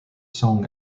song